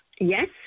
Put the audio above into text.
Yes